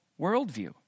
worldview